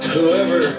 Whoever